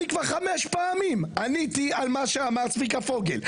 כבר חמש פעמים עניתי על מה שאמר צביקה פוגל.